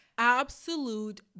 absolute